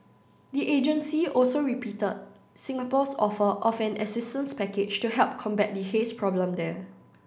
the agency also repeated Singapore's offer of an assistance package to help combat the haze problem there